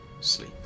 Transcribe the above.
sleep